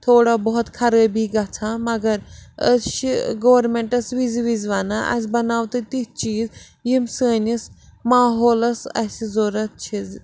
تھوڑا بُہت خرٲبی گَژھان مگر أسۍ چھِ گورمٮ۪نٛٹس وِزِ وِزِ وَنان اَسہِ بناو تہِ تِتھۍ چیٖز یِم سٲنِس ماحولس اَسہِ ضوٚرَتھ چھِ